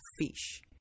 fish